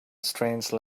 strange